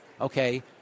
okay